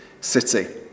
city